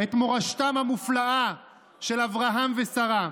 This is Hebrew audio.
את מורשתם המופלאה של אברהם ושרה.